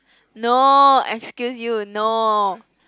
no excuse you no